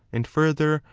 and, further,